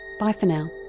bye for now